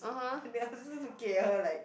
and I was just looking at her like